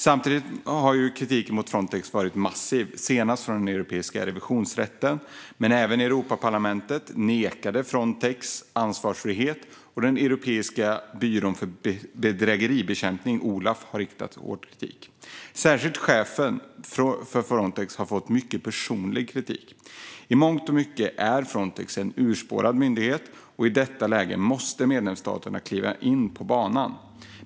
Samtidigt har kritiken mot Frontex varit massiv, senast från Europeiska revisionsrätten. Men även Europaparlamentet nekade Frontex ansvarsfrihet, och Europeiska byrån för bedrägeribekämpning Olaf har riktat hård kritik. Särskilt chefen för Frontex har fått mycket personlig kritik. I mångt och mycket är Frontex en urspårad myndighet. I detta läge måste medlemsstaterna kliva in på banan.